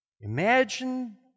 Imagine